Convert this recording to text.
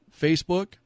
Facebook